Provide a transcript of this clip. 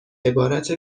عبارت